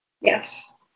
Yes